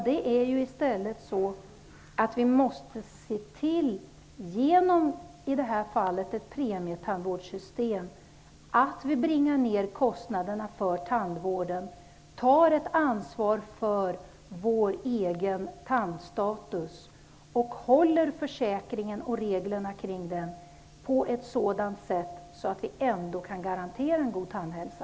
Det är ju i stället så att vi måste se till -- genom i det här fallet ett premietandvårdssystem -- att bringa ner kostnaderna för tandvården, att vi tar ett ansvar för vår egen tandstatus och att vi utformar försäkringen och reglerna kring den så att vi ändå kan garantera en god tandhälsa.